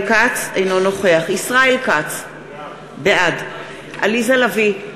אינו נוכח ישראל כץ, בעד עליזה לביא,